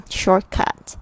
shortcut